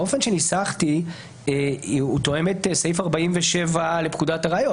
האופן שניסחתי תואם את סעיף 47 לפקודת הראיות.